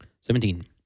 Seventeen